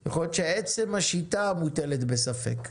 יכול להיות שעצם השיטה מוטלת בספק.